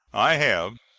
i have,